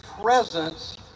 presence